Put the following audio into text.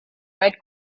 red